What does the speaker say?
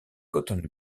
coton